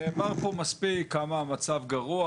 נאמר פה מספיק כמה המצב גרוע,